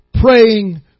praying